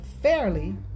fairly